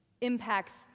impacts